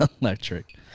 Electric